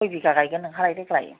खय बिगा गायगोन नोंहालाय देग्लाय